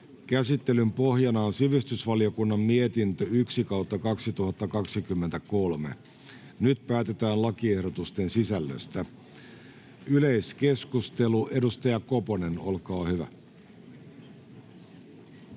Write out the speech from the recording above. Käsittelyn pohjana on sivistysvaliokunnan mietintö SiVM 1/2023 vp. Nyt päätetään lakiehdotusten sisällöstä. — Yleiskeskustelu, edustaja Koponen, olkaa hyvä.